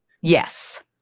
Yes